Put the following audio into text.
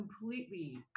completely